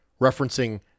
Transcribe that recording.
referencing